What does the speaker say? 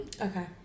okay